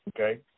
Okay